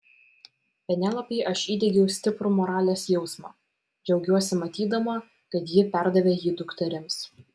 penelopei aš įdiegiau stiprų moralės jausmą džiaugiuosi matydama kad ji perdavė jį dukterims